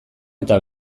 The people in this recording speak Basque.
eta